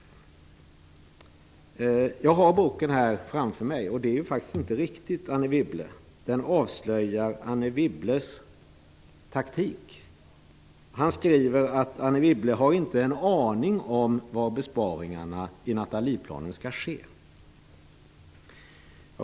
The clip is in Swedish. Jag har boken här framför mig. Påståendet är faktiskt inte riktigt, Anne Wibble. Boken avslöjar Anne Wibbles taktik. Han skriver att Anne Wibble inte har en aning om var besparingarna i Nathalieplanen skall ske.